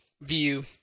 view